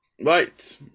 right